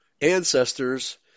ancestors